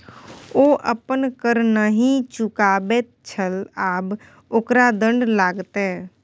ओ अपन कर नहि चुकाबैत छल आब ओकरा दण्ड लागतै